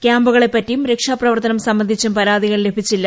ക്യാമ്പുകളെപ്പറ്റിയും രക്ഷാപ്രവർത്തനം സംബന്ധിച്ചും പരാതികൾ ലഭിച്ചില്ല